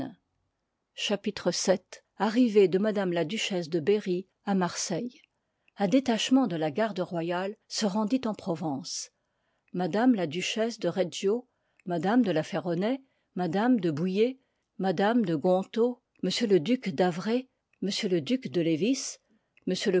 chapitre vil arrivée de m la duchesse de berrj à marseille un détachement de la garde royale se rendit en provence mtm la duchesse de reggio m de la ferronnays mtm de bouille m de gontaut m le duc d'havre m le duc de lé